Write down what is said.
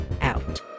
out